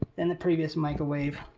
than the previous microwave.